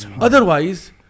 Otherwise